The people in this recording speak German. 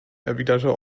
erwiderte